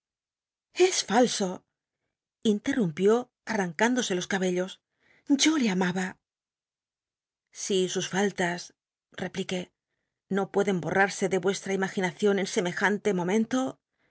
es falso intcnumpió h'i'an indose los cabellos yo le amnba si sus faltas repliqué no pueden bornuse de yuestra imaginación en semejante momento